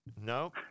No